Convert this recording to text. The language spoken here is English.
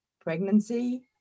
pregnancy